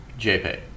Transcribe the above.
jpeg